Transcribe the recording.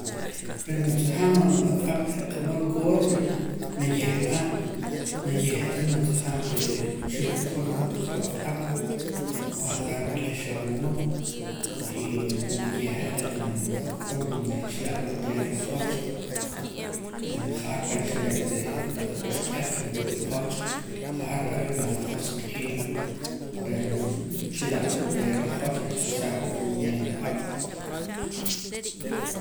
Reh natz'ajam aaq'ab' je' qa' moo rikoor re' nayeh'a nayeh'a natz'ajam re'ee chi ju'jun kotaq ju' aq'ab' nab'ahqaam ruu' k'eh xaboon y nayeh'a reh naa najuk'um reh chila'la onteera la joch' ja'ar pan xelek re'ee kotaq uxk'iaq nwii' joch' ja'ar are' naa josq'iim rehn chila'la onteera la joch' reh chi saaq'wa koon bien aq'ab'